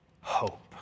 hope